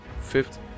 Fifth